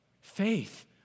Faith